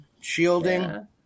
shielding